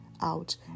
out